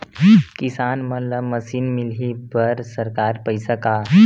किसान मन ला मशीन मिलही बर सरकार पईसा का?